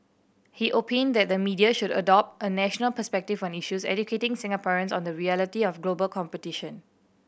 he opined that the media should adopt a national perspective on issues educating Singaporeans on the reality of global competition